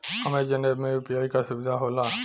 Amazon app में UPI क सुविधा होला